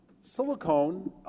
silicone